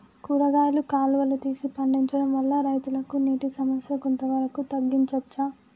కూరగాయలు కాలువలు తీసి పండించడం వల్ల రైతులకు నీటి సమస్య కొంత వరకు తగ్గించచ్చా?